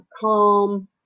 calm